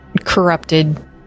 corrupted